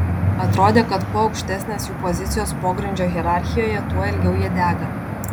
atrodė kad kuo aukštesnės jų pozicijos pogrindžio hierarchijoje tuo ilgiau jie dega